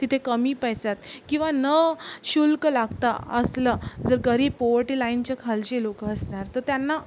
तिथे कमी पैशात किंवा न शुल्क लागता असलं जर गरीब पोवर्टी लाईनच्या खालचे लोक असणार तर त्यांना